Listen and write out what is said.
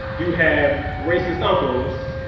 you have racist uncles